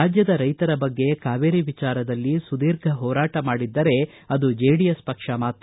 ರಾಜ್ಯದ ರೈತರ ಬಗ್ಗೆ ಕಾವೇರಿ ವಿಚಾರದಲ್ಲಿ ಸುಧೀರ್ಘ ಹೋರಾಟ ಮಾಡಿದ್ದರೆ ಅದು ಜೆಡಿಎಸ್ ಪಕ್ಷ ಮಾತ್ರ